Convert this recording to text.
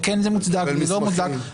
וזה כן מוצדק ולא מוצדק.